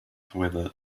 however